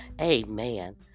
Amen